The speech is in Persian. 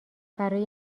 برای